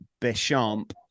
bichamp